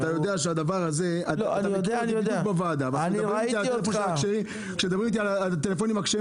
אתה מכיר אותי בוועדה אבל כשמדברים איתי על הטלפונים הכשרים,